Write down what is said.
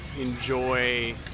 enjoy